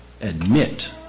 admit